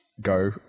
go